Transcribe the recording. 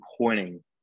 pointing